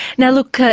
now look, ah